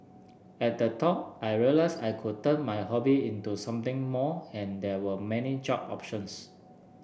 at the talk I realised I could turn my hobby into something more and there were many job options